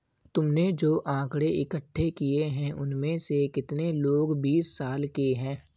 तुमने जो आकड़ें इकट्ठे किए हैं, उनमें से कितने लोग बीस साल के हैं?